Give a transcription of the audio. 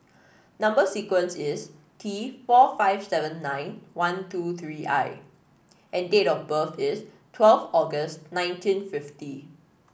number sequence is T four five seven nine one two three I and date of birth is twelve August nineteen fifty